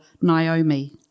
Naomi